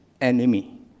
enemy